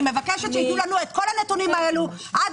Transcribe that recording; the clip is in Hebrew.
אני מבקשת שייתנו לנו את כל הנתונים האלה עד